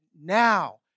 now